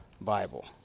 Bible